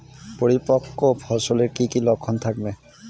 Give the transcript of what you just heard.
পরিপক্ক ফসলের কি কি লক্ষণ থাকবে?